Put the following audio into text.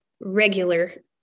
regular